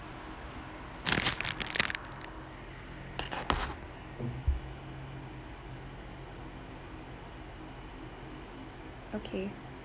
okay